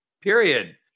period